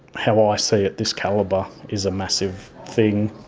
how i see it, this calibre, is a massive thing.